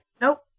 nope